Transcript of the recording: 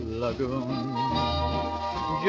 lagoon